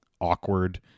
awkward